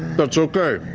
that's okay.